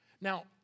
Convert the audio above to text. Now